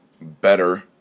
better